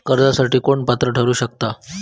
कर्जासाठी कोण पात्र ठरु शकता?